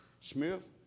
Smith